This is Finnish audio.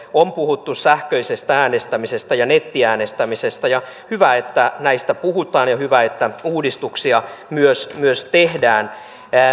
on puhuttu sähköisestä äänestämisestä ja nettiäänestämisestä ja hyvä että näistä puhutaan ja hyvä että uudistuksia myös myös tehdään